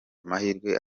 amahirwe